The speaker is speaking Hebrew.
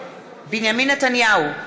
בנימין נתניהו,